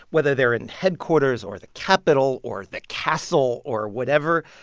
whether they're in headquarters or the capital or the castle or whatever,